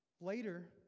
Later